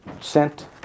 sent